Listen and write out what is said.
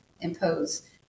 impose